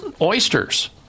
oysters